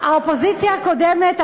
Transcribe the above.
האופוזיציה הקודמת,